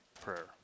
prayer